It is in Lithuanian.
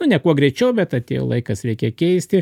nu ne kuo greičiau bet atėjo laikas reikia keisti